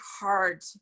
hard